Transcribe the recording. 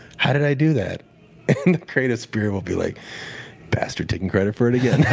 how did i do that? the creative spirit will be like bastard taking credit for it again.